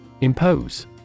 Impose